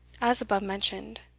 as above mentioned.